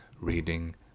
reading